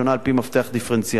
על-פי מפתח דיפרנציאלי.